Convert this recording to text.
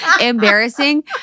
embarrassing